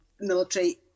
military